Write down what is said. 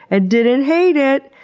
and didn't hate it?